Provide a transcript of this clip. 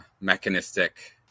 mechanistic